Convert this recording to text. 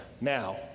NOW